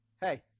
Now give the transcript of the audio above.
hey